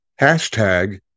Hashtag